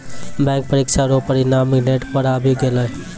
bank परीक्षा रो परिणाम नेट पर आवी गेलै